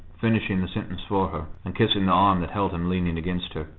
finishing the sentence for her, and kissing the arm that held him leaning against her.